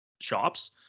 shops